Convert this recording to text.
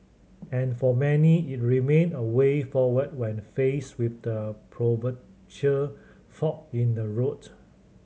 and for many it remain a way forward when faced with the proverbial fork in the road